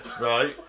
right